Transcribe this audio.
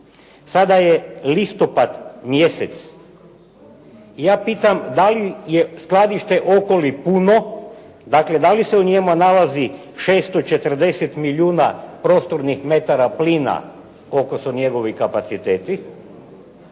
Sada je listopad mjesec. Ja pitam da li je skladište Okoli puno, dakle da li se u njemu nalazi 640 milijuna prostornih metara plina koliko su njegovi kapaciteti.